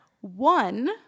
One